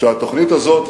שהתוכנית הזו,